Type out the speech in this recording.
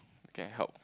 can help